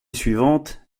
suivante